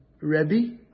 Rebbe